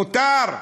מותר?